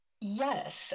Yes